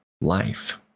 life